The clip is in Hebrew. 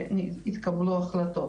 ויתקבלו החלטות.